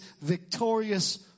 victorious